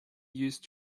used